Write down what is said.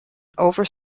over